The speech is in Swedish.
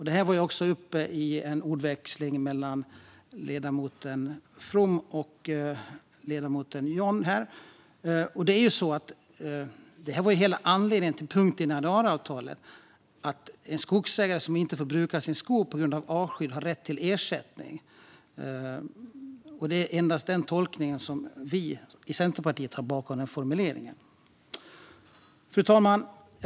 Det här var också uppe i en ordväxling mellan ledamoten From och ledamoten Widegren. Det här var ju hela anledningen till punkten i januariavtalet om att skogsägare som inte får bruka sin skog på grund av artskydd har rätt till ersättning. Det är endast den tolkningen som vi i Centerpartiet har bakom den formuleringen. Fru talman!